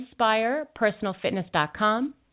inspirepersonalfitness.com